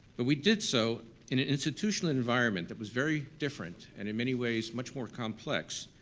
but we did so in an institutional environment that was very different, and in many ways much more complex,